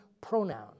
pronoun